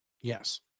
Yes